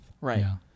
Right